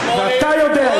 אתה יודע את זה.